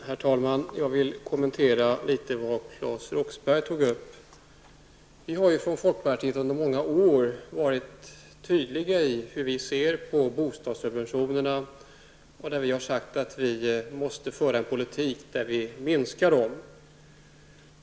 Herr talman! Jag vill kommentera litet Claes Roxberghs anförande. Vi har från folkpartiet under många år varit tydliga i vår syn på bostadssubventioner. Vi har sagt att vi måste föra en politik för att minska dem.